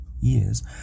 years